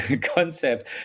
concept